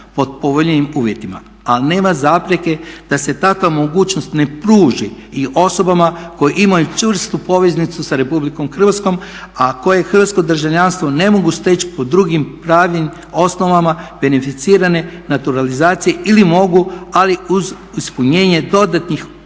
pod povoljnijim uvjetima, ali nema zapreke da se takva mogućnost ne pruži i osobama koje imaju čvrstu poveznicu sa Republikom Hrvatskom, a koje hrvatsko državljanstvo ne mogu steći po drugim pravnim osobama beneficirane naturalizacije ili mogu ali uz ispunjenje dodatnih